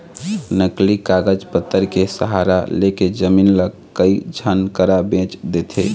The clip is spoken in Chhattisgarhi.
नकली कागज पतर के सहारा लेके जमीन ल कई झन करा बेंच देथे